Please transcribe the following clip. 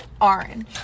orange